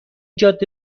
جاده